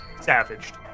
savaged